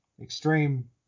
extreme